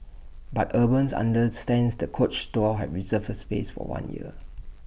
but urban understands the coach store have reserved the space for one year